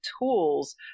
tools